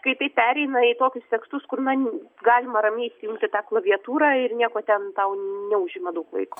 kai tai pereina į tokius tekstus kur namie galima ramiai išsiimti tą klaviatūrą ir nieko ten tau neužima daug laiko